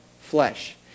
flesh